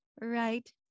right